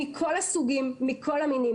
מכל הסוגים, מכל המינים.